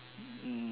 mm